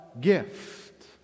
gift